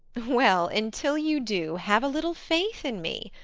well, until you do, have a little faith in me!